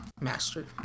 master